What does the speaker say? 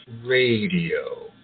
Radio